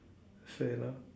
sane ah